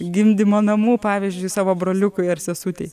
gimdymo namų pavyzdžiui savo broliukui ar sesutei